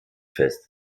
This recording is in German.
fest